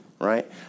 right